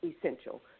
essential